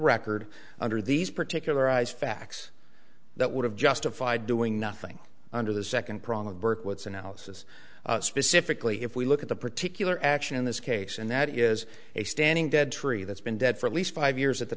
record under these particular eyes facts that would have justified doing nothing under the second prong of berkowitz analysis specifically if we look at the particular action in this case and that is a standing dead tree that's been dead for at least five years at the